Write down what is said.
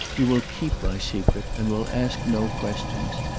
you will keep my secret, and will ask no questions.